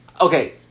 okay